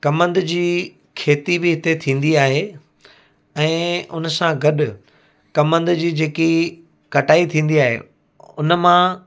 कमंद जी खेती बि हिते थींदी आहे ऐं उन सां गॾु कमंद जी जेकी कटाई थींदी आहे उन मां